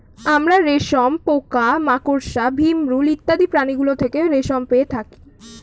আমরা রেশম পোকা, মাকড়সা, ভিমরূল ইত্যাদি প্রাণীগুলো থেকে রেশম পেয়ে থাকি